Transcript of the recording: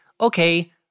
okay